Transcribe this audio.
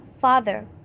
Father